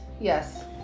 yes